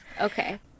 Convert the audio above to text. Okay